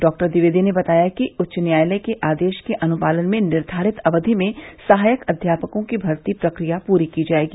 doctor Dwivedi ने बताया कि उच्च न्यायालय के आदेश के अनुपालन में निर्धारित अवधि में सहायक अध्यापकों की भर्ती प्रक्रिया पूर्ण की जाएगी